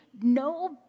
no